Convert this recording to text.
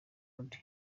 undi